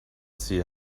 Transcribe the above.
see